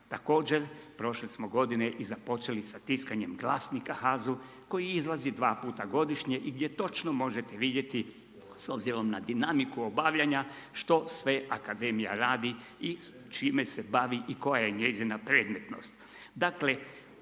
Također, prošle smo godine i započeli sa tiskanjem glasnika HAZU koji izlazi 2 puta godišnje i gdje točno možete vidjeti s obzirom na dinamiku obavljanja što sve akademija radi i čime se bavi i koja je njezina predmetnost.